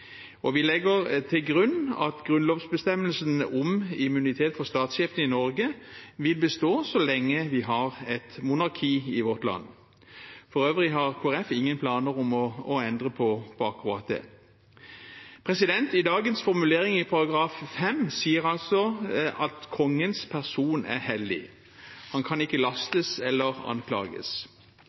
Vi legger til grunn at grunnlovsbestemmelsen om immunitet for statssjefen i Norge vil bestå så lenge vi har et monarki i vårt land. For øvrig har Kristelig Folkeparti ingen planer om å endre på akkurat det. Dagens formulering i § 5 er altså: «Kongens person er hellig; han kan ikke lastes eller anklages.»